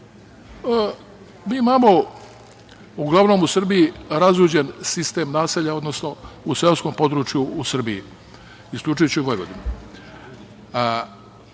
Mi imamo uglavnom u Srbiji razuđen sistem naselja, odnosno u seoskom području u Srbiji, isključujući Vojvodinu.